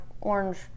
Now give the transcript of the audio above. orange